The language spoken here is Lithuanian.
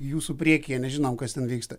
jūsų priekyje nežinau kas ten vyksta